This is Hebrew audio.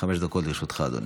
חמש דקות לרשותך, אדוני.